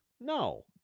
No